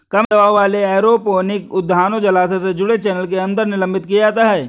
कम दबाव वाले एरोपोनिक उद्यानों जलाशय से जुड़े चैनल के अंदर निलंबित किया जाता है